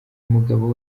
umugabo